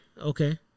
Okay